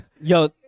Yo